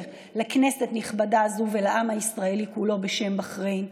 לכנסת נכבדה זאת ולעם הישראלי כולו בשם בחריין,